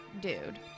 dude